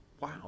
wow